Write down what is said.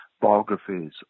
biographies